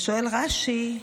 שואל רש"י: